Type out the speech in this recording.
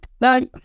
no